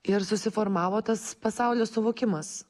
ir susiformavo tas pasaulio suvokimas